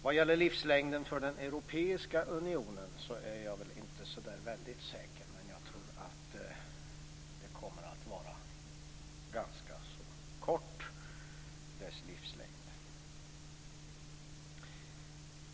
Vad gäller livslängden för den europeiska unionen är jag inte så säker, men jag tror att den kommer att vara ganska kort.